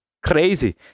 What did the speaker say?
Crazy